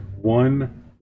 one